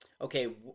Okay